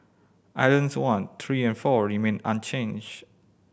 islands one three and four remained unchanged